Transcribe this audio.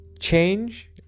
change